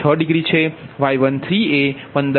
6 degree છે Y13એ 15